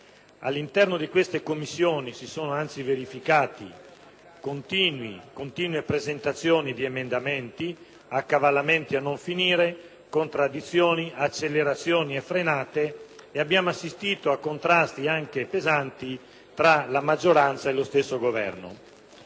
All'interno di queste Commissioni, si sono anzi verificate continue presentazioni di emendamenti, accavallamenti a non finire, contraddizioni, accelerazioni e frenate, e abbiamo assistito a contrasti, anche pesanti, tra la maggioranza e lo stesso Governo.